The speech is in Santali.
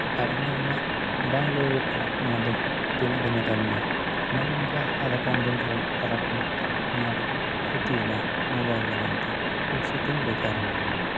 ᱟᱨ ᱚᱱᱟ ᱦᱩᱱᱟᱹᱝ ᱵᱟᱝ ᱞᱟᱹᱭᱳᱜ ᱠᱟᱱᱟ ᱚᱱᱟᱫᱚ ᱛᱤᱱᱟᱹᱜ ᱫᱤᱱᱮ ᱠᱟᱹᱢᱤᱭᱟ ᱱᱚᱜᱼᱚ ᱱᱚᱝᱠᱟ ᱟᱫᱚ ᱠᱚᱢ ᱫᱤᱱᱨᱮ ᱠᱷᱟᱨᱟᱯᱮᱱᱟ ᱱᱚᱣᱟ ᱟᱹᱰᱤ ᱠᱷᱚᱛᱤᱭᱮᱱᱟ ᱢᱳᱵᱟᱭᱤᱞ ᱞᱟᱹᱜᱤᱫᱼᱛᱮ ᱯᱩᱭᱥᱟᱹᱛᱤᱧ ᱵᱮᱠᱟᱨᱮᱱᱟ